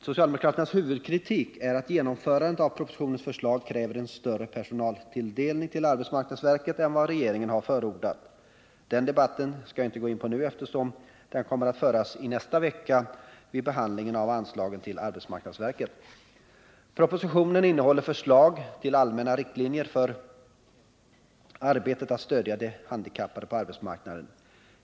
Socialdemokraternas huvudkritik är att genomförandet av propositionen kräver en större personaltilldelning till arbetsmarknadsverket än vad regeringen har förordat. Den debatten skall jag inte gå in på nu, eftersom den kommer att föras i nästa vecka vid behandlingen av anslagen till arbetsmarknadsverket. Propositionen innehåller förslag till allmänna riktlinjer för arbetet att stödja de handikappade på arbetsmarknaden.